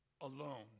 alone